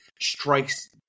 strikes